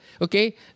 okay